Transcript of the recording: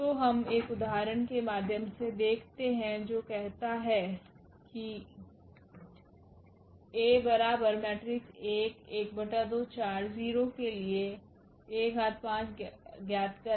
तो हम एक उदाहरण के माध्यम से देखते हें जो कहता है कि के लिए A5 ज्ञात करे